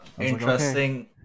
interesting